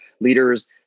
leaders